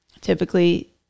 Typically